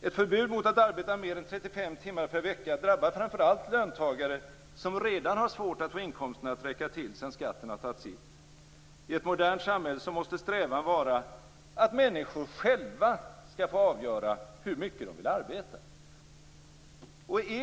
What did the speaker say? Ett förbud mot att arbeta mer än 35 timmar per vecka drabbar framför allt löntagare som redan har svårt att få inkomsten att räcka till sedan skatten har tagit sitt. I ett modernt samhälle måste strävan vara att människor själva skall få avgöra hur mycket de vill arbeta.